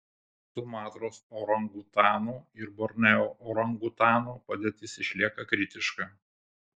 sumatros orangutanų ir borneo orangutanų padėtis išlieka kritiška